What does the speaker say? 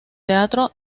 teatro